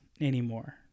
anymore